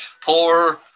poor